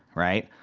right,